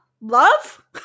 Love